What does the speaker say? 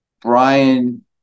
Brian